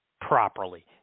properly